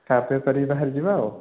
ଖାଆ ପିଆ କରିକି ବାହାରିଯିବା ଆଉ